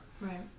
Right